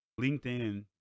LinkedIn